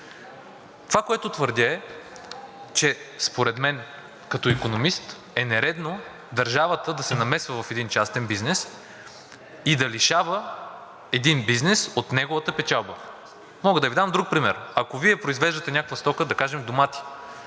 Това, което твърдя, е, че според мен като икономист е нередно държавата да се намесва в един частен бизнес и да лишава един бизнес от неговата печалба. Мога да Ви дам друг пример. Ако Вие произвеждате някаква стока, да кажем домати,